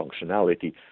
functionality